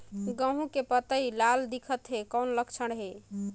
गहूं के पतई लाल दिखत हे कौन लक्षण हे?